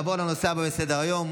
נעבור לנושא הבא בסדר-היום,